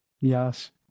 Yes